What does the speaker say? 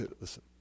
listen